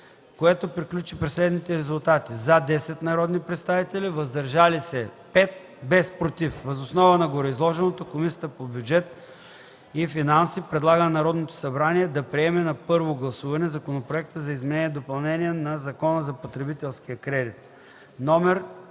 което приключи при следните резултати: „за” – 10 народни представители, „въздържали се” – 5, без „против”. Въз основа на гореизложеното Комисията по бюджет и финанси предлага на Народното събрание да приеме на първо гласуване Законопроект за изменение и допълнение на Закона за потребителския кредит, №